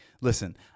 listen